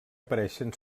apareixen